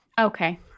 Okay